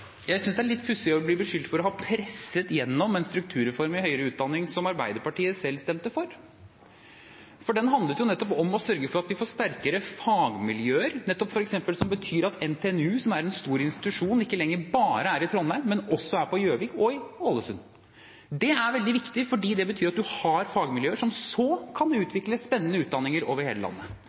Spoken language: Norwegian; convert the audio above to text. Jeg synes det er litt pussig å bli beskyldt for å ha presset gjennom en strukturreform i høyere utdanning, som Arbeiderpartiet selv stemte for. Den handlet nettopp om å sørge for at vi får sterkere fagmiljøer, som betyr at f.eks. NTNU, som er en stor institusjon, ikke lenger bare er i Trondheim, men som også er på Gjøvik og i Ålesund. Det er veldig viktig, for det betyr at man har fagmiljøer – som så kan utvikle spennende utdanninger over hele landet.